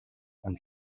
and